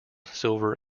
silver